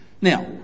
Now